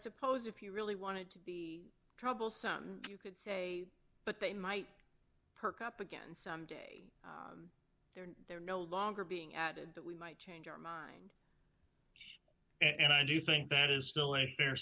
suppose if you really wanted to be troublesome you could say but they might perk up again some day they're no longer being added that we might change our mind and i do think that is still a fair